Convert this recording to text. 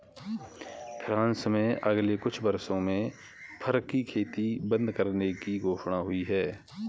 France में अगले कुछ वर्षों में फर की खेती बंद करने की घोषणा हुई है